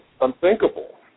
unthinkable